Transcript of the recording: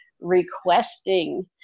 requesting